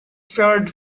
feared